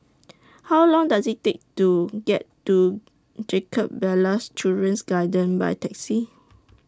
How Long Does IT Take to get to Jacob Ballas Children's Garden By Taxi